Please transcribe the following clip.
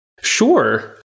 Sure